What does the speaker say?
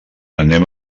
anem